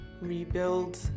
rebuild